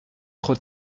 trop